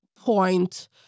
point